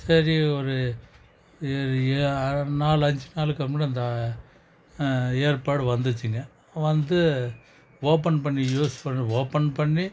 சரி ஒரு ஏழு ஆறு நாள் அஞ்சு நாளைக்கப்பறம் அந்த ஏர்பேட் வந்துச்சுங்க வந்து ஓபன் பண்ணி யூஸ் பண்ணும் ஓபன் பண்ணி